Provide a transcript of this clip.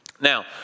Now